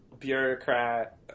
Bureaucrat